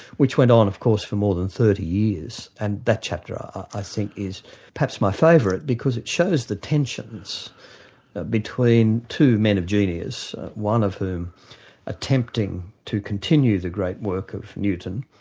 which went on of course for more than thirty years. ad and that chapter ah i think is perhaps my favourite because it shows the tensions between two men of genius, one of whom attempted to continue the great work of newton,